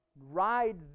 ride